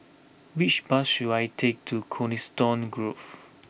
which bus should I take to Coniston Grove